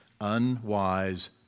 unwise